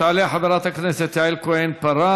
תעלה חברת הכנסת יעל כהן-פארן.